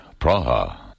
Praha